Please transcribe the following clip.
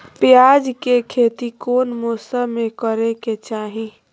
प्याज के खेती कौन मौसम में करे के चाही?